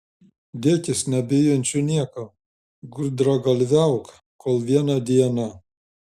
dėkis nebijančiu nieko gudragalviauk kol vieną dieną